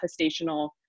manifestational